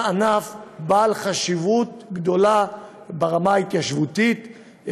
ענף בעל חשיבות גדולה ברמה ההתיישבותית,